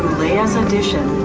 leah's audition